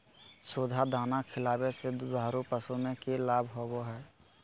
सुधा दाना खिलावे से दुधारू पशु में कि लाभ होबो हय?